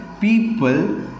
people